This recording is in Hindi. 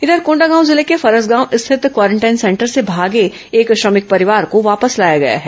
इधर कोंडागांव जिले के फरसगांव स्थित क्वारेंटाइन सेंटर से भागे एक श्रमिक परिवार को वापस लाया गया है